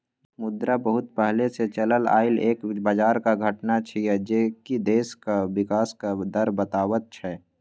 मुद्रा बहुत पहले से चलल आइल एक बजारक घटना छिएय जे की देशक विकासक दर बताबैत छै